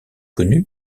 connu